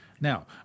Now